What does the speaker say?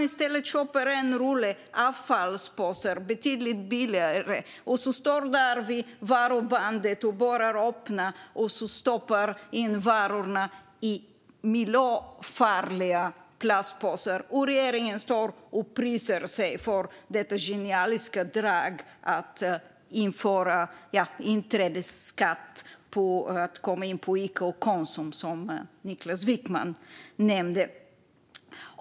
I stället köper man en rulle avfallspåsar betydligt billigare. Så står man där vid varubandet och öppnar den och börjar stoppa in varorna i miljöfarliga plastpåsar. Regeringen står och prisar sig själv för detta genialiska drag. Det handlar om att införa inträdesskatt på att gå in på Ica och Konsum, som Niklas Wykman nämnde.